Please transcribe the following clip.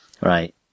right